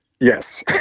Yes